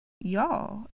Y'all